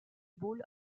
ball